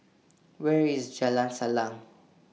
Where IS Jalan Salang